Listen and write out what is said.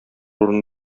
урын